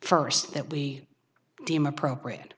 first that we deem appropriate